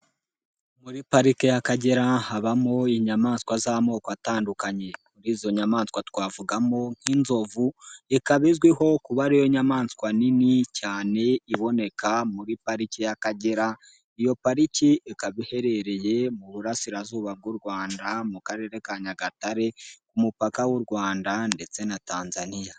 Muri pariki y'akagera habamo inyamaswa z'amoko atandukanye. Muri izo nyamaswa twavugamo nk'inzovu, ikaba izwiho kuba ariyo nyamaswa nini cyane iboneka muri pariki y'akagera. Iyo pariki ikaba iherereye mu burasirazuba bw'u Rwanda, mu Karere ka Nyagatare ku mupaka w'u Rwanda ndetse na Tanzania.